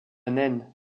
naine